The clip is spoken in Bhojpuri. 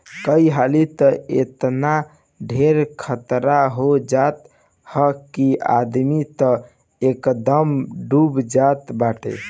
कई हाली तअ एतना ढेर खतरा हो जात हअ कि आदमी तअ एकदमे डूब जात बाटे